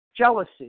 Jealousy